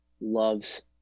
loves